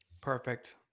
Perfect